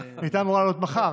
היא הייתה אמורה לעלות מחר.